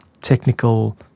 technical